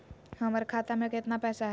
हमर खाता मे केतना पैसा हई?